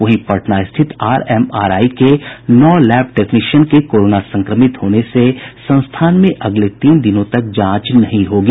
वहीं पटना स्थित आरएमआरआई के नौ लैब टेक्नीशियन के कोरोना संक्रमित होने से संस्थान में अगले तीन दिनों तक जांच नहीं होगी